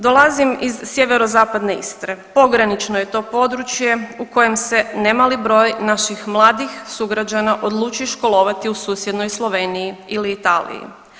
Dolazim iz sjeverozapadne Istre, pogranično je to područje u kojem se nemali broj naših mladih sugrađana odluči školovati u susjednoj Sloveniji ili Italiji.